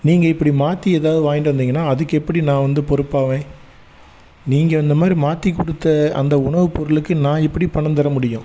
நீங்கள் இப்படி மாற்றி ஏதாவது வாங்கிட்டு வந்தீங்கன்னால் அதுக்கு எப்படி நான் வந்து பொறுப்பாவேன் நீங்கள் இந்த மாதிரி மாற்றிக் கொடுத்த அந்த உணவு பொருளுக்கு நான் எப்படி பணம் தர முடியும்